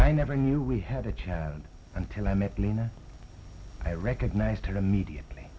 i never knew we had a child until i met lena i recognized her immediately